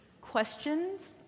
questions